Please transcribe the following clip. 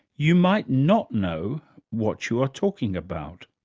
you might not know what you are talking about.